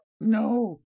No